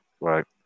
Right